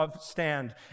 stand